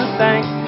thanks